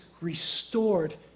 restored